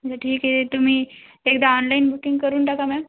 नं ठीक आहे तुम्ही एकदा ऑनलाईन बुकिंग करून टाका मॅम